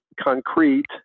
concrete